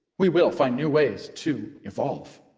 we will find new ways to evolve.